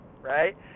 right